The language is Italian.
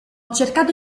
cercato